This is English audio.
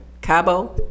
cabo